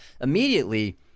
immediately